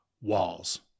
walls